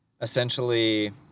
essentially